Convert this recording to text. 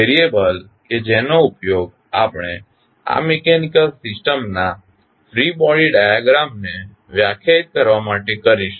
variable કે જેનો ઉપયોગ આપણે આ મિકેનિકલ સિસ્ટમના ફ્રી બોડી ડાયાગ્રામને વ્યાખ્યાયિત કરવા માટે કરીશું